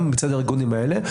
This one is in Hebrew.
גם מצד הארגונים האלה,